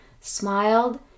smiled